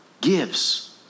gives